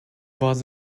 was